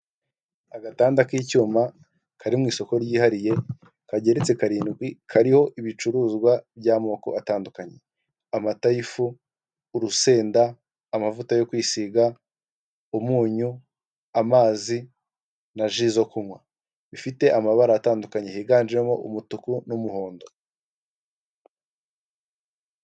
Hoteri nini iri mu bwoko bwa etaje igeretse gatatu yanditseho giriti apatimenti hoteri ivuze ko ari hoteri nziza irimo amacumbi akodeshwa.